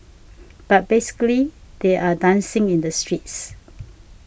but basically they're dancing in the streets